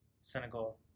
Senegal